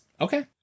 Okay